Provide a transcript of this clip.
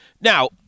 Now